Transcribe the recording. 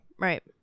right